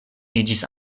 iĝis